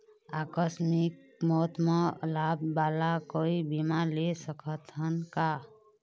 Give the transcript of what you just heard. आकस मिक मौत म लाभ वाला कोई बीमा ले सकथन का?